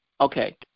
okay